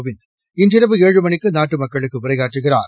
கோவிந்த் இன்றிரவு ஏழு மணிக்கு நாட்டு மக்களுக்கு உரையாற்றுகிறார்